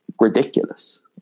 ridiculous